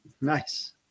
nice